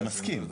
אני מסכים.